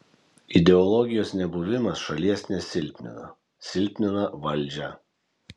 ideologijos nebuvimas šalies nesilpnina silpnina valdžią